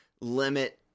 limit